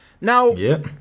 Now